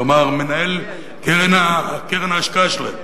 כלומר מנהל קרן ההשקעה שלהם,